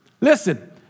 Listen